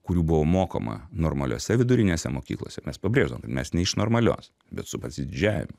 kurių buvo mokoma normaliose vidurinėse mokyklose mes pabrėždavom kad mes ne iš normalios bet su pasididžiavimu